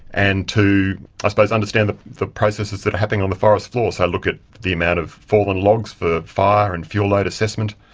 and to i suppose understand the the processes that are happening on the forest floor, so look at the amount of fallen logs for fire and fuel load assessment,